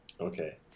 Okay